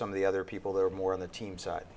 some of the other people that are more on the team side